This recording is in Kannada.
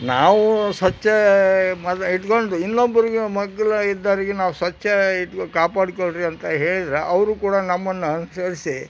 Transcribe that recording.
ನಾವು ಸ್ವಚ್ಛ ಮಾ ಇಟ್ಟುಕೊಂಡು ಇನ್ನೊಬ್ಬರಿಗೆ ಮಗ್ಗಲು ಇದ್ದವ್ರ್ಗೆ ನಾವು ಸ್ವಚ್ಛ ಇಟ್ಕೋ ಕಾಪಾಡ್ಕೊಳ್ಳಿರಿ ಅಂತ ಹೇಳಿದ್ರೆ ಅವರೂ ಕೂಡ ನಮ್ಮನ್ನು ಅನುಸರಿಸಿ